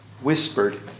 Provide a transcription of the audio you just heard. whispered